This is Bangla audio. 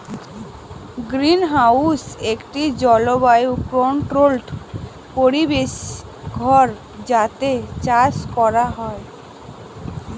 গ্রিনহাউস একটি জলবায়ু কন্ট্রোল্ড পরিবেশ ঘর যাতে চাষ করা হয়